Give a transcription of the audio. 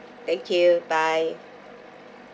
thank you bye